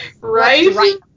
right